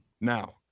Now